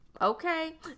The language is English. okay